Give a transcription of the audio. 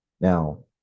Now